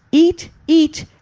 eat, eat,